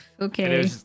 okay